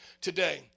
today